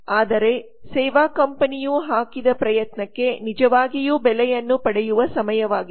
ಆದರೆ ಸೇವಾ ಕಂಪನಿಯು ಹಾಕಿದ ಪ್ರಯತ್ನಕ್ಕೆ ನಿಜವಾಗಿಯೂ ಬೆಲೆಯನ್ನು ಪಡೆಯುವ ಸಮಯವಾಗಿದೆ